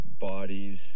bodies